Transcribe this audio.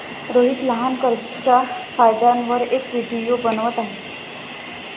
रोहित लहान कर्जच्या फायद्यांवर एक व्हिडिओ बनवत आहे